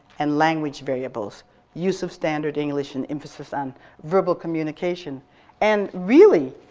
and language variables use of standard english and emphasis on verbal communication and really,